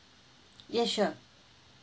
yeah sure